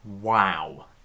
wow